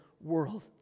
world